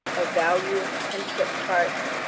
of values, kinship charts.